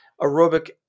aerobic